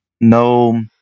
no